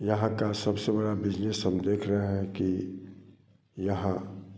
यहाँ का सबसे बड़ा बिजनेस हम देख रहे हैं कि यहाँ